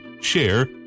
share